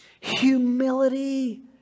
Humility